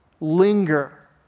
linger